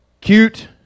Cute